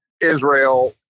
Israel